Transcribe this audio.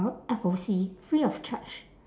F_O_C free of charge